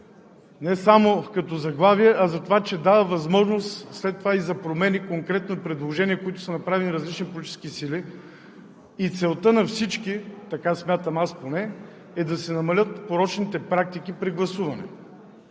не само като заглавие, а защото дава възможност след това и за промени, конкретни предложения, които са направили различни политически сили. Целта на всички – така смятам аз поне – е да се намалят порочните практики при гласуване.